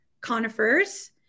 conifers